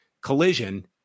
collision